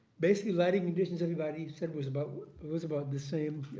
basically, lighting conditions everybody said was about was about the same,